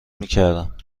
میکردم